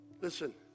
Listen